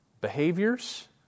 behaviors